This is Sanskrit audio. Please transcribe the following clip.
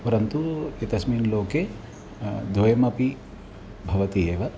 परन्तु एतस्मिन् लोके द्वयमपि भवति एव